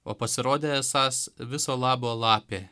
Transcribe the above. o pasirodė esąs viso labo lapė